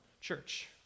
church